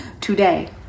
today